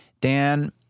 Dan